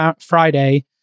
Friday